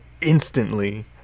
Instantly